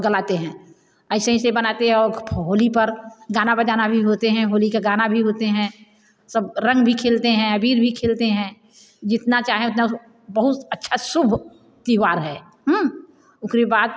गलाते हैं ऐसे ऐसे बनाते है और होली पर गाना बजाना भी होते हैं होली के गाना भी होते हैं सब रंग भी खेलते हैं अबीर भी खेलते हैं जितना चाहे उतना बहुत अच्छा शुभ त्योहार हैं उकरे बाद